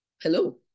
Hello